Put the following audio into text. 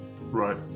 Right